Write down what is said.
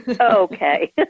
Okay